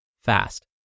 fast